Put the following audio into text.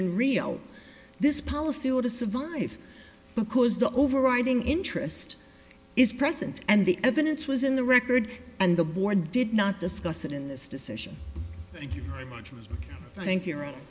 in real this policy ought to survive because the overriding interest is present and the evidence was in the record and the board did not discuss it in this decision thank you very much i think you're right